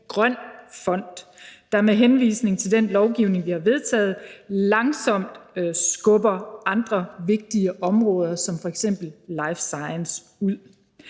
grøn fond, der med henvisning til den lovgivning, vi har vedtaget, langsomt skubber andre vigtige områder som f.eks. life science ud.